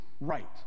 right